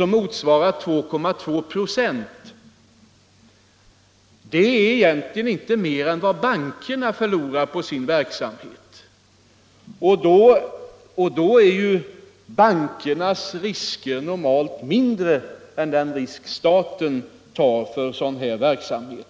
motsvarande 2,2 96. Det är inte mer än vad bankerna förlorar på sin verksamhet. Då är ändå bankernas risker normalt mindre än den risk staten tar för sådan här verksamhet.